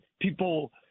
people